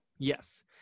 Yes